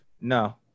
No